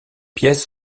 pièces